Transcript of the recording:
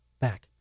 back